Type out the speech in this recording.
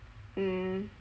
mm